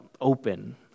open